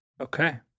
Okay